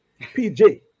PJ